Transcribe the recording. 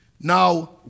Now